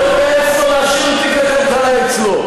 או לייעץ לו להשאיר את תיק הכלכלה אצלו?